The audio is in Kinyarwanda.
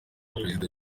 perezida